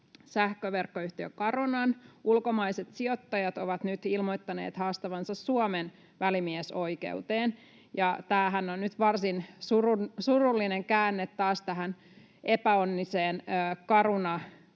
sähköverkkoyhtiö Carunan ulkomaiset sijoittajat ovat nyt ilmoittaneet haastavansa Suomen välimiesoikeuteen. Tämähän on nyt varsin surullinen käänne taas tähän epäonniseen Caruna-myyntisaagaan,